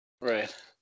Right